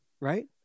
right